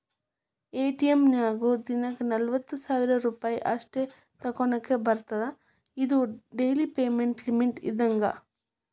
ATM ನ್ಯಾಗು ದಿನಕ್ಕ ನಲವತ್ತ ಸಾವಿರ್ ರೂಪಾಯಿ ಅಷ್ಟ ತೋಕೋನಾಕಾ ಬರತ್ತಾ ಇದು ಡೆಲಿ ಪೇಮೆಂಟ್ ಲಿಮಿಟ್ ಇದ್ದಂಗ